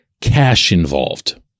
cash-involved